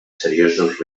seriosos